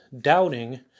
doubting